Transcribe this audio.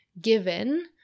given